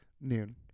noon